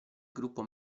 gruppo